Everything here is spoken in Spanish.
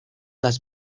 las